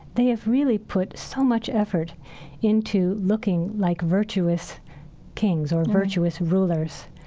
they have really put so much effort into looking like virtuous kings or virtuous rulers,